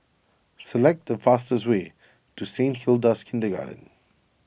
select the fastest way to Saint Hilda's Kindergarten